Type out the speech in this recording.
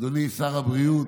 אדוני שר הבריאות,